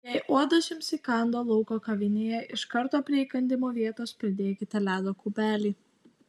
jei uodas jums įkando lauko kavinėje iš karto prie įkandimo vietos pridėkite ledo kubelį